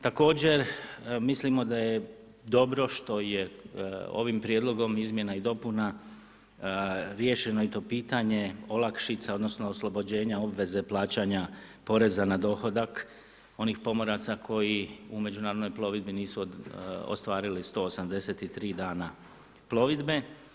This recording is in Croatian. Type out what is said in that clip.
Također, mislimo da je dobro, što je ovim prijedlogom izmjenama i dopuna riješeno i to pitanje, olakšica, odnosno, oslobođenja obveze plaćanja poreza na dohodak, onih pomoraca koji u međunarodnoj plovidbi, nisu ostvarili 183 dana plovidbe.